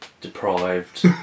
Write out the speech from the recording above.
deprived